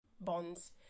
bonds